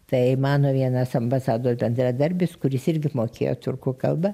tai mano vienas ambasados bendradarbis kuris irgi mokėjo tiurkų kalbą